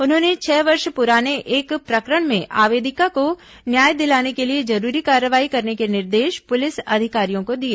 उन्होंने छह वर्ष प्राने एक प्रकरण में आवेदिका को न्याय दिलाने के लिए जरूरी कार्रवाई करने के निर्देश प्रलिस अधिकारियों को दिए